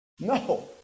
No